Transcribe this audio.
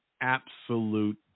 absolute